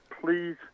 please